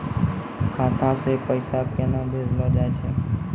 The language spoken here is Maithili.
खाता से पैसा केना भेजलो जाय छै?